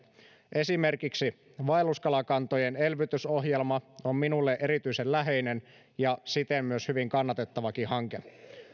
esimerkiksi vaelluskalakantojen elvytysohjelma on minulle erityisen läheinen ja siten myös hyvin kannatettavakin hanke